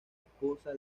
esposa